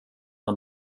man